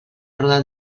roda